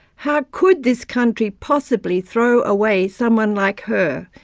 how could this country possibly throw away someone like her!